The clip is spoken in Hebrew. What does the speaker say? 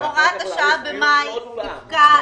הוראת השעה במאי תפקע,